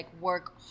work